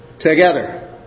together